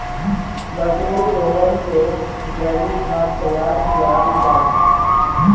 बकरीर गोबर से जैविक खाद तैयार कियाल जा छे